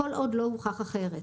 כל עוד לא הוכח אחרת.